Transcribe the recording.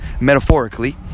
metaphorically